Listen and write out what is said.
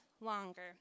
longer